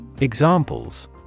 Examples